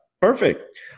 Perfect